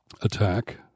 attack